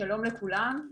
שלום לכולם.